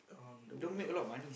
don't make a lot of money